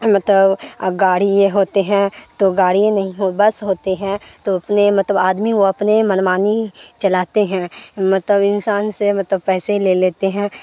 مطلب گاڑی ہوتے ہیں تو گاڑی نہیں ہو بس ہوتے ہیں تو اپنے مطلب آدمی وہ اپنے منمانی چلاتے ہیں مطلب انسان سے مطلب پیسے لے لیتے ہیں